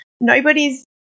nobody's